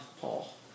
Paul